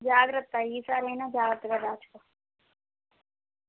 జాగ్రత్త ఈసారి అయినా జాగ్రత్తగా దాచుకొ